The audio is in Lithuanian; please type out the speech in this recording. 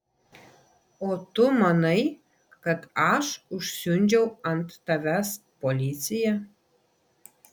o tu manai kad aš užsiundžiau ant tavęs policiją